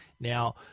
Now